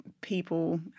people